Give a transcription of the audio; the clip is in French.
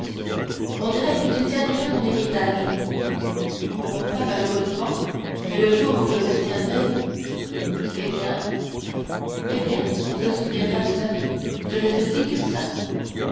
on dirait que tu tiens déjà ton héritage non pas malheureusement mais le jour où je le tiendrai eh bien eh bien on se souviendra des amis je ne te dis que ça